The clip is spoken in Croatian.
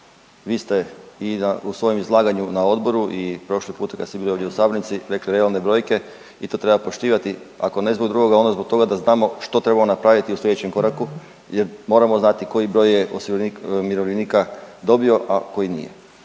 Vi ste u svojem izlaganju na odboru i prošli puta kada ste bili ovdje u sabornici rekli realne brojke i to treba poštivati, ako ne zbog drugoga onda zbog toga da znamo što trebamo napraviti u sljedećem koraku jer moramo znati koji broj je umirovljenika dobio, a koji nije.